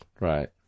Right